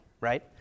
right